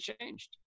changed